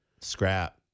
scrap